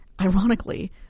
ironically